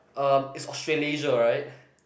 um it's Australasia right